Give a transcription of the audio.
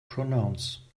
pronounce